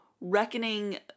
reckoning –